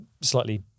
slightly